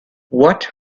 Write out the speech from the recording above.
what